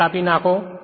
line કાપી નાખો